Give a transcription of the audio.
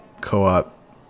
co-op